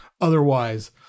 otherwise